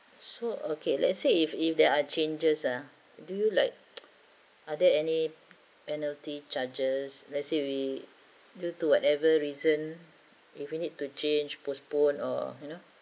so okay let's say if if there are changes ah do you like are there any penalty charges let's say we due to whatever reason if we need to change postpone or you know